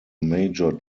major